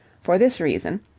for this reason,